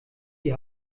die